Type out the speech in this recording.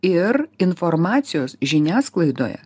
ir informacijos žiniasklaidoje